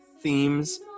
themes